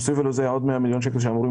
תוסיפו לזה עוד 100 מיליון שקלים שאמורים